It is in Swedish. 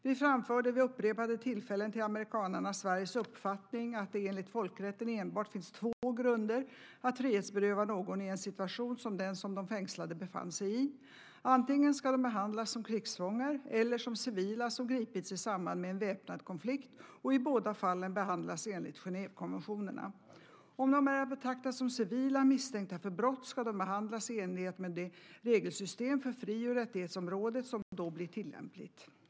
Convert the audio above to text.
Vi framförde vid upprepade tillfällen till amerikanerna Sveriges uppfattning att det enligt folkrätten enbart finns två grunder att frihetsberöva någon i en situation som den som de fängslade befann sig i: Antingen ska de behandlas som krigsfångar eller som civila som gripits i samband med en väpnad konflikt, och i båda fallen ska de behandlas enligt Genèvekonventionerna. Om de är att betrakta som civila misstänkta för brott ska de behandlas i enlighet med det regelsystem på fri och rättighetsområdet som då blir tillämpligt.